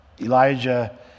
Elijah